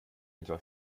etwa